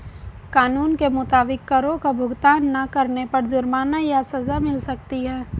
कानून के मुताबिक, करो का भुगतान ना करने पर जुर्माना या सज़ा मिल सकती है